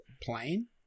plane